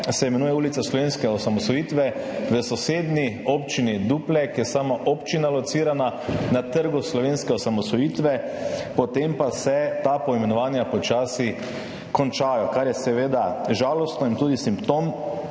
imenuje se Ulica slovenske osamosvojitve, v sosednji občini Duplek je sama občina locirana na Trgu slovenske osamosvojitve. Potem pa se ta poimenovanja počasi končajo, kar je seveda žalostno in tudi simptom